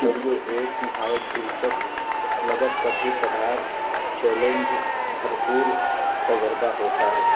اور یہ ایک نہایت دلچسپ مگر کبھی کبھار چیلنج بھرپور تجربہ ہوتا ہے